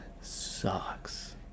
sucks